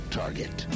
target